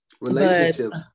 Relationships